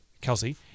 Kelsey